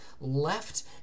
left